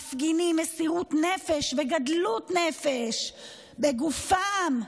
מפגינים מסירות נפש וגדלות נפש בגופם,